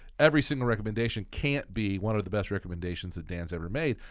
every single recommendation can't be one of the best recommendations that dan has ever made,